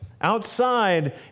outside